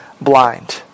blind